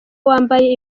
wambaye